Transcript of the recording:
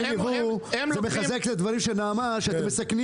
זה מחזק את הדברים של נעמה שאתם מסכנים